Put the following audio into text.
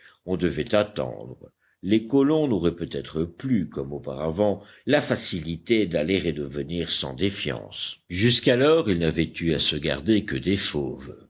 on devait attendre les colons n'auraient peut-être plus comme auparavant la facilité d'aller et de venir sans défiance jusqu'alors ils n'avaient eu à se garder que des fauves